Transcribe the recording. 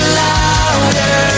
louder